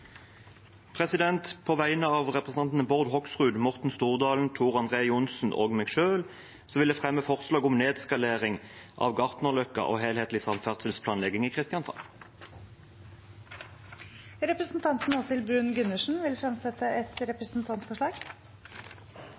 På vegne av representantene Bård Hoksrud, Morten Stordalen, Tor André Johnsen og meg selv vil jeg fremme forslag om nedskalering av Gartnerløkka og helhetlig samferdselsplanlegging i Kristiansand. Representanten Åshild Bruun-Gundersen vil fremsette et representantforslag.